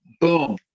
boom